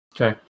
Okay